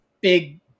big